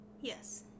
yes